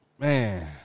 Man